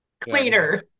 cleaner